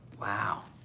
wow